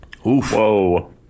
Whoa